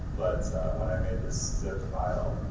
but when i made this zip file,